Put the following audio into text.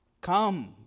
come